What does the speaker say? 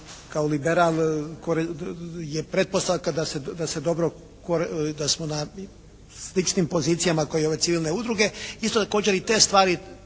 kao liberal koji je pretpostavka da se dobro, da smo na sličnim pozicijama kao i ove civilne udruge, isto također i te stvari